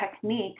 technique